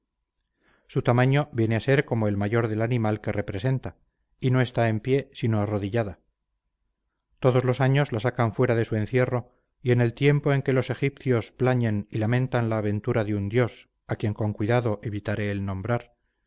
su tamaño viene a ser como el mayor del animal que representa y no está en pie sino arrodillada todos los años la sacan fuera de su encierro y en el tiempo en que los egipcios plañen y lamentan la aventura de un dios a quien con cuidado evitaré el nombrar